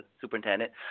superintendent